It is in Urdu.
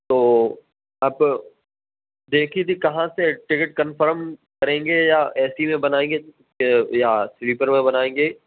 تو آپ دیکھیے کہ کہاں سے ٹکٹ کنفرم کریں گے یا اے سی میں بنائیں گے یا سلیپر میں بنائیں گے